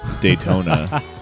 Daytona